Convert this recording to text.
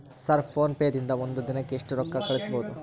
Sir PhonePe ದಿಂದ ಒಂದು ದಿನಕ್ಕೆ ಎಷ್ಟು ರೊಕ್ಕಾ ಕಳಿಸಬಹುದು?